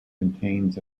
contains